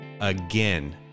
again